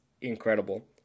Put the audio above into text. incredible